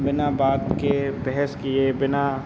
बिना बात के बहस किए बिना